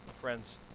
Friends